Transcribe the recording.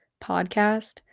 podcast